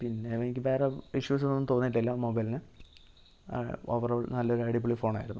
പിന്നെ എനിക്ക് വേരെ ഇഷ്യൂസ് ഒന്നും തോന്നീട്ടില്ല മൊബൈലിന് ഓവർ ഓൾ നല്ലൊരു അടിപൊളി ഫോണായിരുന്നു